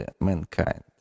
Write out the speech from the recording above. mankind